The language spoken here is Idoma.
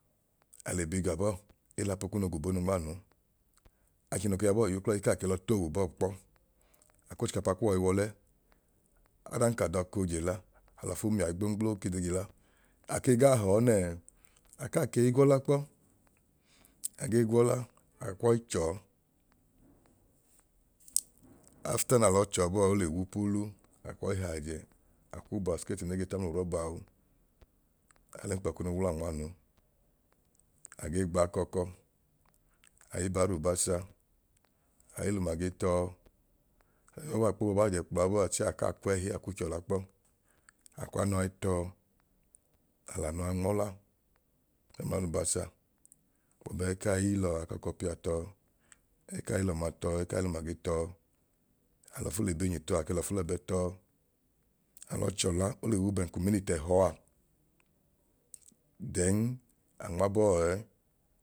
Ale gi gabọọ el'apu kunu gu bonu nmaanu achẹ noo ke yabọọ y'uklọ a ekaa ke l'ọtowu kp'ọ akw'ochikapa kuwọi w'ọlẹ. Ọdan ka dakoo je la alọfu mia igbo ke be je la, ake gaa họọ nẹẹ akaa kei gwọla kpọ agee gwọla akwọi chọọ after naa lọ chọọ bọọa ole wu puulu akwọi haajẹ akw'ubasketi ne ge ta mlu rọbaa wu aalẹnkpọ kunu wula nmaanu, agee gbaakọkọ, ai baalubasa ai l'umagi tọọ aẹbabọ a kpo bo baajẹ kpla bọọa chẹẹ akaa kwẹhi akuu chọla kpọ, akwanọ ai tọọ, alanọa nmọla mẹml'alubasa gbọbu ẹẹkai lọọ akọkọ pia tọọ ẹẹkai l'ọma tọọ ẹẹkai l'umagi, alọfu l'ebenyi tọọ alọfu lẹbẹ tọọ, alọ chọla ole wu bẹẹn k'uminiti ẹhọa then anmabọ ẹẹ